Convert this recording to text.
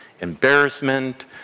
embarrassment